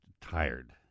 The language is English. tired